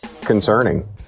concerning